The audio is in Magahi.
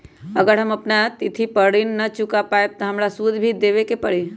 अगर हम अपना तिथि पर ऋण न चुका पायेबे त हमरा सूद भी देबे के परि?